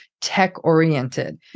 tech-oriented